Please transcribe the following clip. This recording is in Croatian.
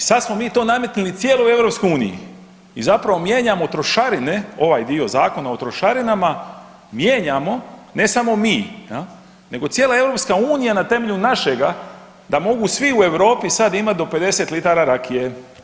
I sad smo mi to nametnuli cijeloj EU i zapravo mijenjamo trošarine, ovaj dio Zakona o trošarinama, mijenjamo ne samo mi, jel, nego i cijela EU na temelju našega da mogu svi u Europi sad imat do 50 litara rakije.